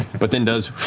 but then does